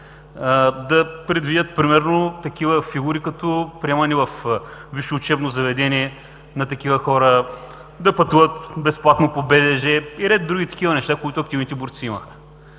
да предвидят примерно такива фигури като приемане във висше учебно заведение на такива хора, да пътуват безплатно по БДЖ и ред други такива неща, които активните борци имаха.